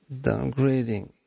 downgrading